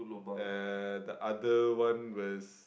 uh the other one was